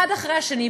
אחת אחרי השנייה,